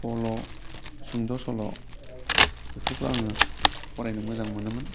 सल' सुंद' सल' बेफोरखौ आङो फरायनो मोजां मोनोमोन